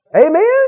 Amen